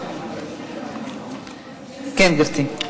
כן, גברתי.